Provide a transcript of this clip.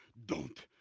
don't,